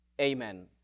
Amen